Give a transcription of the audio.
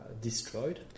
destroyed